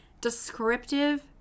descriptive